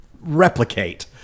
replicate